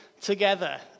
together